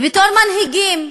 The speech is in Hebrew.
ובתור מנהיגים,